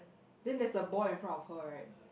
then there's a boy in front of her right